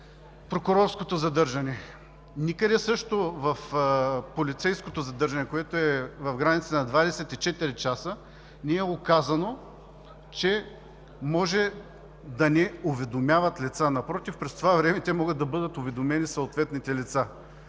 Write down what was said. „прокурорско задържане“. Също така никъде в полицейското задържане, което е в границите на 24 часа, не е указано, че може да не се уведомяват лицата, напротив, през това време могат да бъдат уведомени съответните лица